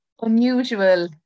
unusual